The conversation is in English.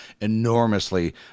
enormously